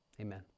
Amen